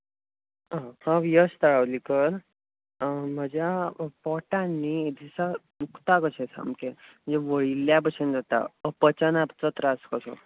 हांव वय्स धावर्लेकर म्हज्या पोठांत न्हय ह्या दिसान दुकता कशें सामकें वळिल्ल्या भशेन जाता त्रास कशें